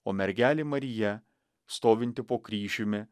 o mergelė marija stovinti po kryžiumi